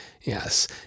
Yes